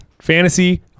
fantasy